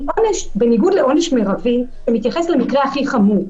כי בניגוד לעונש מרבי, שמתייחס למקרה הכי חמור,